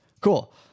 cool